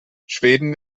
schweden